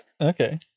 Okay